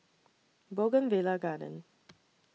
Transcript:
Bougainvillea Garden